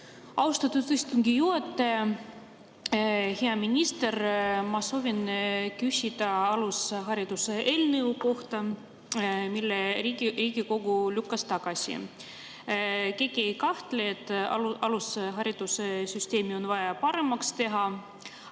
Austatud istungi juhataja! Hea minister! Ma soovin küsida alushariduse eelnõu kohta, mille Riigikogu lükkas tagasi. Keegi ei kahtle, et alushariduse süsteemi on vaja paremaks teha,